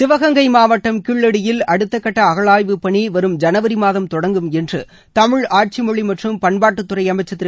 சிவகங்கை மாவட்டம் கீழடியில் அடுத்தகட்ட அகழாய்வுப் பணி வரும் ஜனவரி மாதம் தொடங்கும் என்று தமிழ் ஆட்சிமொழி மற்றும் பண்பாட்டுத் துறை அமைச்சர் திரு